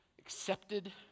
accepted